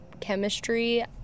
chemistry